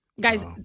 Guys